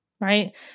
Right